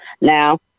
now